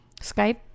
skype